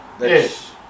yes